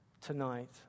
tonight